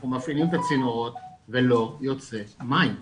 אנחנו מפעילים את הצינורות ולא יוצא מים,